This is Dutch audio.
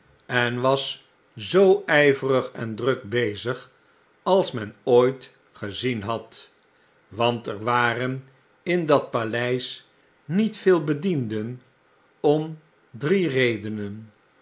en was zoo ijverig en druk bezig als men ooit gezien had want er waren in dat paleis niet veel bedienden om drie redenen